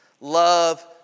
love